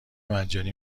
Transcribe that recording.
مجانی